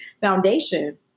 foundation